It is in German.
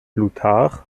plutarch